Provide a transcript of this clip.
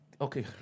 Okay